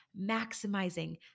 maximizing